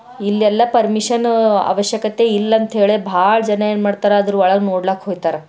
ಇಲ್ಲೆಲ್ಲ ಪರ್ಮಿಷನ್ ಅವಶ್ಯಕತೆ ಇಲ್ಲ ಅಂಥೇಳೆ ಭಾಳ ಜನ ಏನ್ಮಾಡ್ತಾರ ಅದ್ರೊಳಗೆ ನೋಡ್ಲಾಕ್ಕೆ ಹೋಗ್ತಾರ